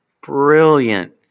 brilliant